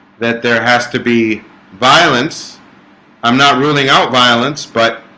that there has to be violence i'm not ruling out violence but